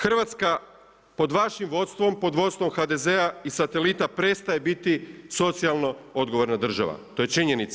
Hrvatska pod vašim vodstvom, pod vodstvom HDZ-a i satelita prestaje biti socijalno odgovorna država, to je činjenica.